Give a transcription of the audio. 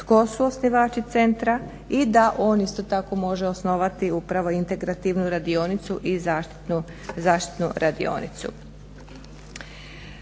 tko su osnivači centra i da on isto tako može osnovati upravo integrativnu radionicu i zaštitnu radionicu.